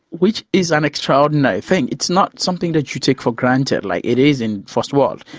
which is an extraordinary thing, it's not something that you take for granted like it is in first world.